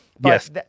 Yes